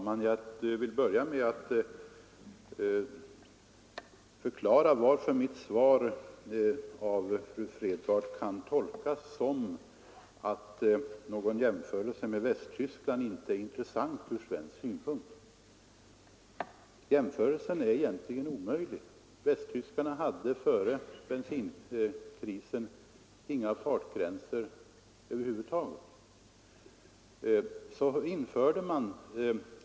Fru talman! Jag vill börja med att förklara varför mitt svar av fru Fredgardh kan tolkas så att en jämförelse med Västtyskland inte är intressant ur den synpunkt som det här gäller. Ja, en jämförelse är egentligen omöjlig att göra. Västtyskarna hade före bensinkrisen inga fartgränser över huvud taget.